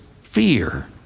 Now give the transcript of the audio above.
fear